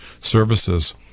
services